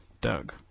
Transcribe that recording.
Doug